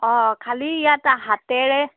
অ খালী ইয়াত হাতেৰে